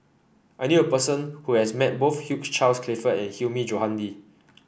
I knew a person who has met both Hugh Charles Clifford and Hilmi Johandi